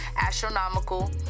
Astronomical